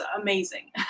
amazing